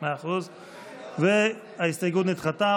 ההסתייגות נדחתה.